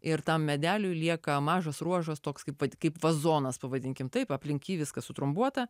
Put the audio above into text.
ir tam medeliui lieka mažas ruožas toks kaip pati kaip vazonas pavadinkim taip aplink jį viskas trombuota